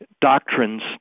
doctrines